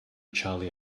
charlie